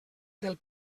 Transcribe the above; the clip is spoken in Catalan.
del